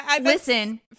Listen